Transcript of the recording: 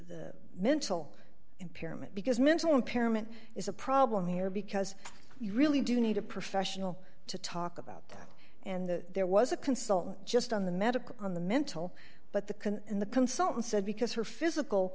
the mental impairment because mental impairment is a problem here because you really do need a professional to talk about that and there was a consultant just on the medical on the mental but the can and the consultant said because her physical